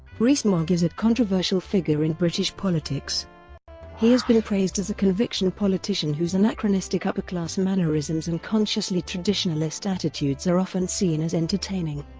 rees-mogg is a controversial figure in british politics he has been praised as a conviction politician whose anachronistic upper-class mannerisms and consciously traditionalist attitudes are often seen as entertaining,